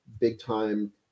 big-time